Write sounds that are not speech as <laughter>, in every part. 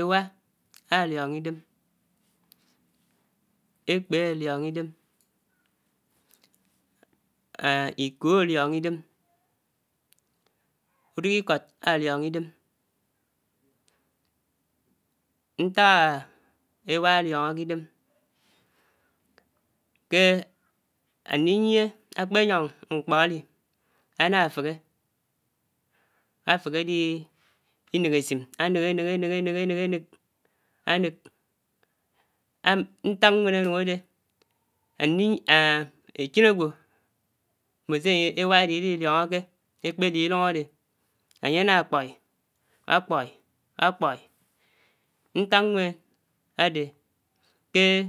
Éwà áliòngò Idèm, Ékpè áliòngò Idem, <hesitation> Ikòh áliòngò idém, uduk Ikót áliòngò Idèm, ntàk éwà áliòngòkè idèm kè ándinyè ákpènyòng mkpó ádi ànà fèhè, áfèhè ádi nèk isim, ánèk, ánèk, ánèk. ánèk. ánèk, ánèk. á nèk, ntàk nwèn ánuk ádè ándi èchèn ágwò, mbón sè ányè, éwà ádè Idi diòngòke èkpè di idung ádè ányè, àdè kpòi, ákpòi, ákpòi, ntàk nwèn ádè kè ehn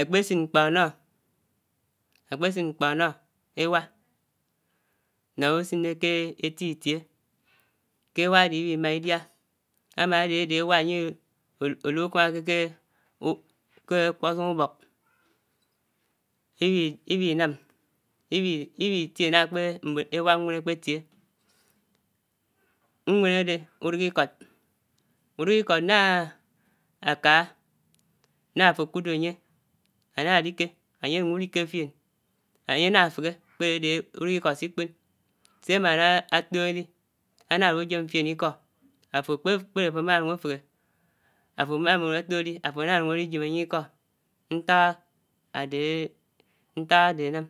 ákpèsin mkpò ánò, <hesitation> ákpè sin mkpó ánò éwà, nnò usiné ké èti-itiè kè èwà ádè Ibihimà Idià, àmànàdè ádé éwà ányè ulukámákè kè ákpósòng ubók, Ibihi ibihi nám, ibihi, ibihi, tie nághá ákpè ná èwà nwèn ákpè tiè. Nwèn ádé, uruk Ikót uruk Ikót nághá ákaa, nághá àfò ákutò ányè ànà dikè ányè ánuk udikè fién, ányè nà fèhè kpèdè ádè unuk Ikòt si kpòn, sè ámáná átò ádi ànà ádu yèm fién ikó, àfò ákpè, kpèdè àfò ámánuk áfèhè, àfò ámánuk átò ádi áfò ánuk ádiyèm ányè Ikó. ntàk ádè ádèdè, ntàk ádè ánàm.